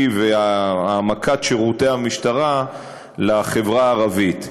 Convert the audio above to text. והעמקת שירותי המשטרה לחברה הערבית.